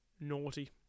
naughty